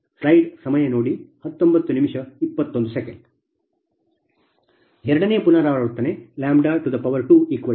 ಎರಡನೇ ಪುನರಾವರ್ತನೆ 118